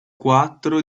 quattro